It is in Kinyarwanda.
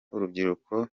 urubyiruko